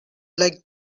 like